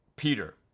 Peter